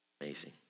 Amazing